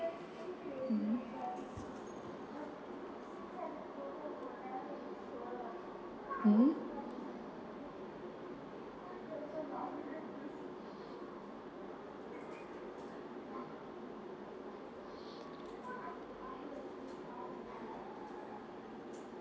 mmhmm